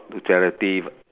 to charity